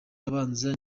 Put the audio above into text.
abanza